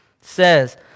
says